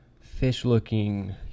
fish-looking